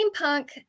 Steampunk